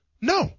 No